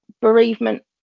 bereavement